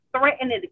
threatened